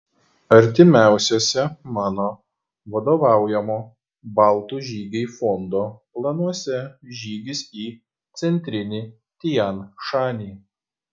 artimiausiuose mano vadovaujamo baltų žygiai fondo planuose žygis į centrinį tian šanį